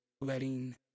Letting